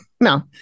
No